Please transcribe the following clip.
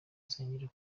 nsengera